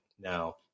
Now